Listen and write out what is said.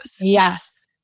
Yes